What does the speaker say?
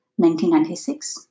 1996